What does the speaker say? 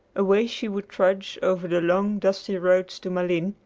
away she would trudge over the long, dusty road to malines,